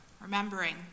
remembering